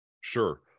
Sure